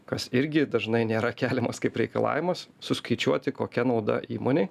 kas irgi dažnai nėra keliamas kaip reikalavimas suskaičiuoti kokia nauda įmonei